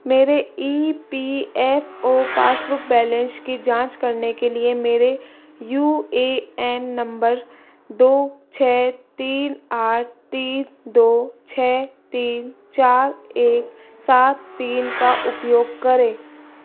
मेरे E P F O passbook balance की जाँच करने के लिए मेरे यू ए एन नंबर दो छः तीन आठ तीन दो छः तीन चार एक सात तीन का उपयोग करें